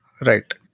Right